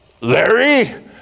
Larry